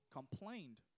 complained